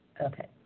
Okay